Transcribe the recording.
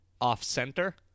off-center